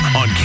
on